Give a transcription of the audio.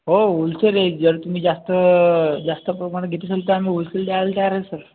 हो होलसेल आहे जर तुम्ही जास्त जास्त प्रमाणात घेतले तर आम्ही होलसेल द्यायला तयार आहे सर